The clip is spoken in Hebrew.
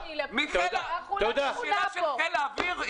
לא שכונה פה.